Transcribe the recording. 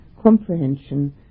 comprehension